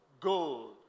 gold